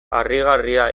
harrigarria